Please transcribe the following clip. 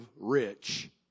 rich